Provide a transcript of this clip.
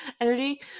energy